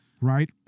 Right